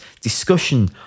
discussion